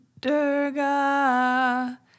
Durga